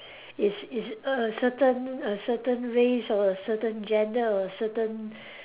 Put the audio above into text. is is a certain a certain race or a certain gender or a certain